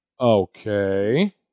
Okay